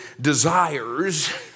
desires